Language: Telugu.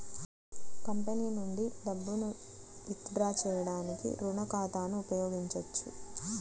కంపెనీ నుండి డబ్బును విత్ డ్రా చేసుకోవడానికి రుణ ఖాతాను ఉపయోగించొచ్చు